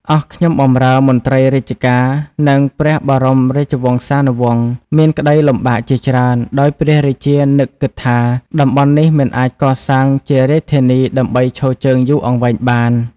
អស់ខ្ញុំបម្រើ មន្ត្រីរាជការ និង ព្រះបរមរាជវង្សានុវង្ស មានក្ដីលំបាកជាច្រើន ដោយព្រះរាជានឹកគិតថា តំបន់នេះមិនអាចកសាងជារាជធានីដើម្បីឈរជើងយូរអង្វែងបាន។